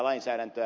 näin käy